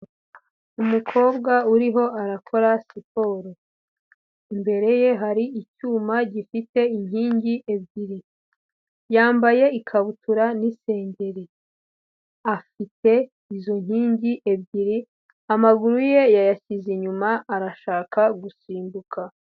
Umukobwa uriho arakora siporo. Imbere ye hari icyuma gifite inkingi ebyiri. Yambaye ikabutura n'isengeri . Afite izo nkingi ebyiri, amaguru ye yayashyize inyuma arashaka gusimbuka.